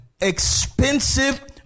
expensive